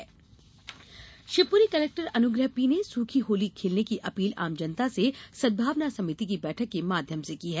collector appeal Shivpuri collector Anugraha P ने सूखी होली खेलने की अपील आम जनता से सद्भावना समिति की बैठक के माध्यम से की है